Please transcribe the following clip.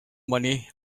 money